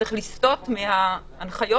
צריך לסטות מההנחיות.